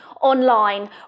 online